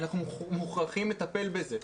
אנחנו מוכרחים לטפל בזה.